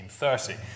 1930